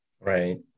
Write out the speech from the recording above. Right